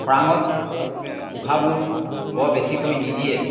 খৰাঙত পোখাবোৰ বৰ বেছিকৈ নিদিয়ে